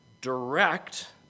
direct